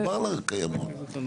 דיברנו על קיימות.